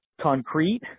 concrete